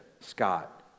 Scott